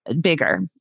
bigger